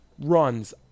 runs